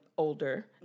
older